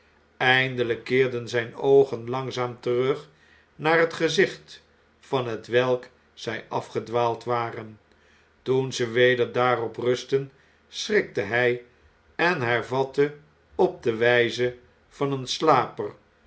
eindeljjk keerden zgne oogen langzaam terug naar het gezicht van hetwelk zij afgedwaald waren toen ze weder daarop rustten schrikte hij en hervatte op de wjjze van een slaper